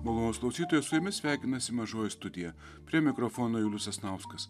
malonūs klausytojai su jumis sveikinasi mažoji studija prie mikrofono julius sasnauskas